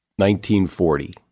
1940